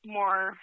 more